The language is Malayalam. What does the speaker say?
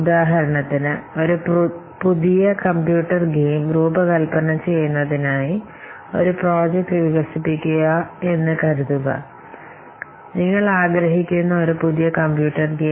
ഉദാഹരണത്തിന് ഒരു പുതിയ കമ്പ്യൂട്ടർ ഗെയിം രൂപകൽപ്പന ചെയ്യുന്നതിനായി ഒരു പ്രോജക്റ്റ് വികസിപ്പിക്കുക എന്ന് കരുതാൻ നിങ്ങൾ ആഗ്രഹിക്കുന്ന ഒരു പുതിയ കമ്പ്യൂട്ടർ ഗെയിം